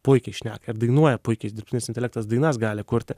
puikiai šneka ir dainuoja puikiai dirbtinis intelektas dainas gali kurti